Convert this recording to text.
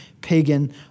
pagan